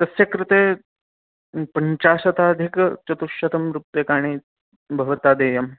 तस्य कृते पञ्चाशदधिकचतुश्शतं रूप्यकाणि भवता देयम्